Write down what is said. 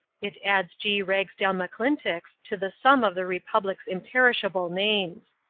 it adds g. ragsdale mcclintock's to the sum of the republic's imperishable names.